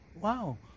Wow